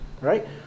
right